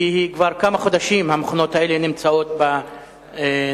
כי כבר כמה חודשים המכונות האלה נמצאות בנמל.